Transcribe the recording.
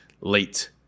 late